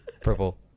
purple